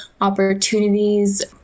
opportunities